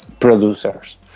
producers